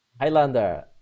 Highlander